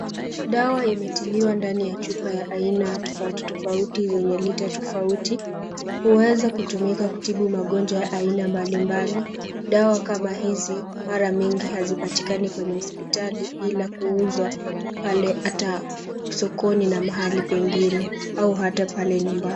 Dawa imetiliwa ndani ya chupa ya aina tofauti tofauti zenye lita tofauti. Huweza kutumika kutibu magonjwa ya aina mbalimbali. Dawa kama hizi mara nyingi hazipatikani kwenye hospitali, ila kuuzwa pale hata sokoni na mahali pengine, au hata pale nyumbani.